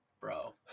bro